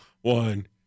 one